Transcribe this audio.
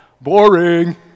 Boring